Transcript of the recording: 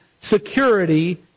security